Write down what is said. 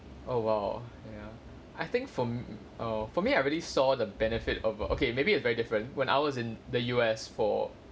oh !wow! ya I think from err for me I really saw the benefit of err okay maybe err very different when I was in the U_S for